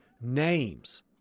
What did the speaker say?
names